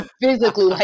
physically